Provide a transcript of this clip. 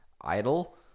idle